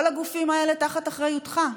כל הגופים האלה תחת אחריותך.